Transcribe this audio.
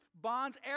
Bonds